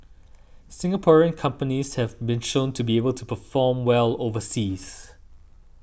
Singaporean companies have been shown to be able to perform well overseas